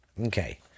Okay